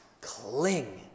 cling